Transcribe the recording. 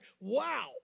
Wow